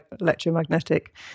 electromagnetic